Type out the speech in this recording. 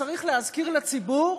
שצריך להזכיר לציבור,